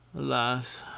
alas!